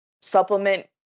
supplement